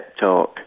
talk